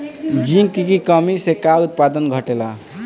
Zinc की कमी से का उत्पादन घटेला?